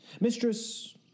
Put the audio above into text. Mistress